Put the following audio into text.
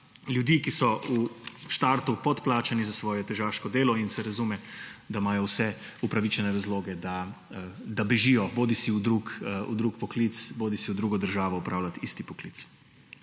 ljudi, ki so v štartu podplačani za svoje težaško delo; in se razume, da imajo vse upravičene razloge, da bežijo bodisi v drug poklic bodisi v drugo državo opravljat isti poklic.